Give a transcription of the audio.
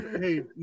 Hey